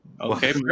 Okay